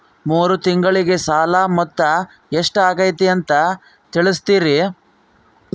ಮೂರು ತಿಂಗಳಗೆ ಸಾಲ ಮೊತ್ತ ಎಷ್ಟು ಆಗೈತಿ ಅಂತ ತಿಳಸತಿರಿ?